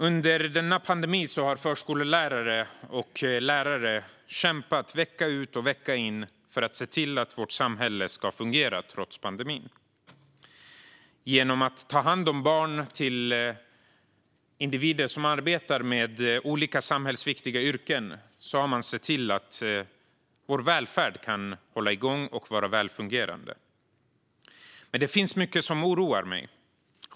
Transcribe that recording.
Under denna pandemi har förskollärare och lärare kämpat vecka ut och vecka in för att se till att vårt samhälle ska fungera trots pandemin. Genom att ta hand om barn till individer som arbetar med olika samhällsviktiga yrkan har de sett till att vår välfärd kan hålla igång och vara väl fungerande. Men det finns mycket som oroar mig.